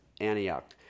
Antioch